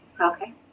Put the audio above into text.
Okay